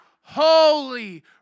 holy